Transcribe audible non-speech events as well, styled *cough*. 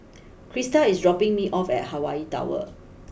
*noise* Christa is dropping me off at Hawaii Tower